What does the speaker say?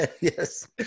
Yes